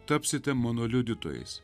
tapsite mano liudytojais